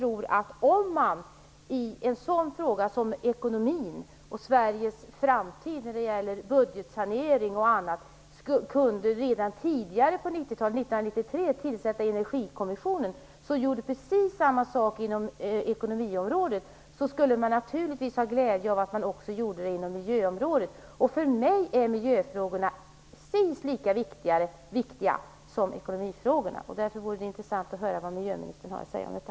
Om man i en fråga som ekonomin och Sveriges framtid när det gäller budgetsanering redan 1993 kunde tillsätta Energikommissionen, som gjorde precis samma sak på ekonomiområdet, så skulle man naturligtvis ha glädje av att göra det också på miljöområdet. För mig är miljöfrågorna precis lika viktiga som ekonomifrågorna, och därför vore det intressant att höra vad miljöministern har att säga om detta.